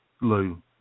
Lou